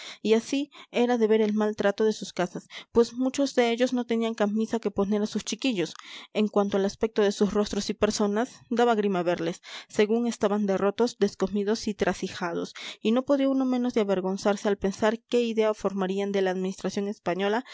y así era de ver el mal trato de sus casas pues muchos de ellos no tenían camisa que poner a sus chiquillos en cuanto al aspecto de sus rostros y personas daba grima verles según estaban de rotos descomidos y trasijados y no podía uno menos de avergonzarse al pensar qué idea formarían de la administración española